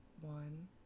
one